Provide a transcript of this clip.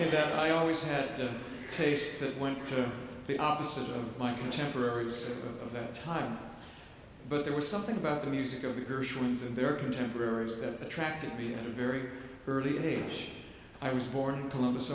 and that i always had tastes that went to the opposite of my contemporaries of that time but there was something about the music of the gershwins and their contemporaries that attracted me and a very early age i was born columbus